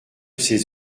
ses